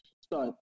start